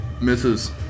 Misses